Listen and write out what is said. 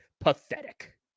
pathetic